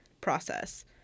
process